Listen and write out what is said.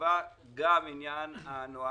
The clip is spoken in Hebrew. שייקבע גם עניין הנוהל.